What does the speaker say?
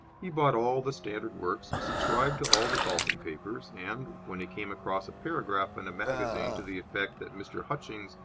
he bought all the standard works, subscribed to all the golfing papers, and, when he came across a paragraph in a magazine to the effect that mr. hutchings,